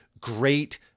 great